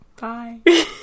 Bye